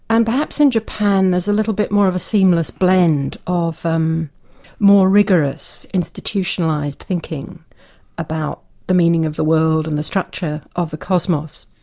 and perhaps in japan there's a little bit more of a seamless blend of um more rigorous, institutionalised thinking about the meaning of the world and the structure of the cosmos.